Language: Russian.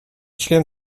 член